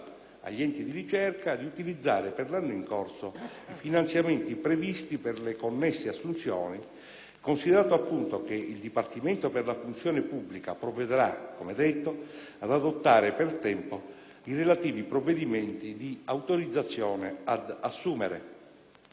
agli enti di ricerca, di utilizzare, per l'anno in corso, i finanziamenti previsti per le connesse assunzioni, considerato appunto che il Dipartimento per la funzione pubblica provvederà, come detto, ad adottare per tempo i relativi provvedimenti di autorizzazione ad assumere.